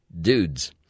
dudes